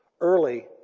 early